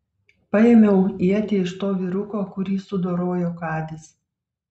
paėmiau ietį iš to vyruko kurį sudorojo kadis